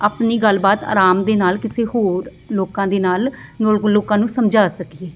ਆਪਣੀ ਗੱਲਬਾਤ ਅਰਾਮ ਦੇ ਨਾਲ ਕਿਸੇ ਹੋਰ ਲੋਕਾਂ ਦੇ ਨਾਲ ਲੋ ਲੋਕਾਂ ਨੂੰ ਸਮਝਾ ਸਕੀਏ